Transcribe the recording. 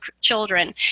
children